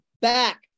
back